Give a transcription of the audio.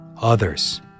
Others